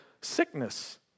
sickness